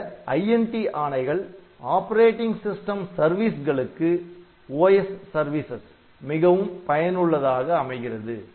இந்த INT ஆணைகள் operating system சர்வீஸ்களுக்கு மிகவும் பயனுள்ளதாக அமைகிறது